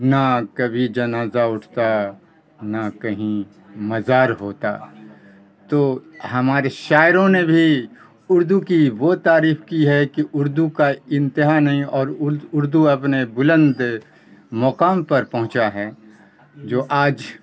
نہ کبھی جنازہ اٹھتا نہ کہیں مزار ہوتا تو ہمارے شاعروں نے بھی اردو کی وہ تعریف کی ہے کہ اردو کا انتہا نہیں اور اردو اپنے بلند مقام پر پہنچا ہے جو آج